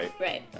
right